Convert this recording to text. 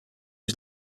was